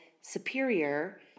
superior